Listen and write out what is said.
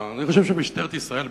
אני חושב שמשטרת ישראל,